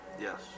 Yes